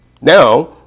Now